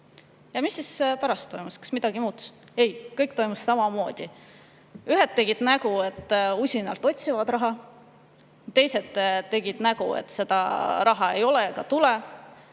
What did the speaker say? Ja mis siis pärast toimus, kas midagi muutus? Ei, kõik jätkus samamoodi. Ühed tegid näo, et nad usinalt otsivad raha, teised näitasid, et seda raha ei ole ega tule.